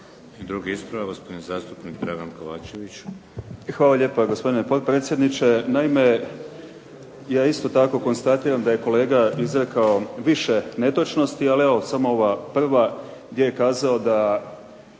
Dragan Kovačević. **Kovačević, Dragan (HDZ)** Hvala lijepa gospodine potpredsjedniče. Naime, ja isto tako konstatiram da je kolega izrekao više netočnosti, ali evo samo ova prva gdje je kazao da